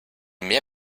mehr